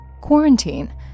Quarantine